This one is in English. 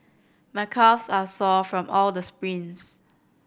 my calves are sore from all the sprints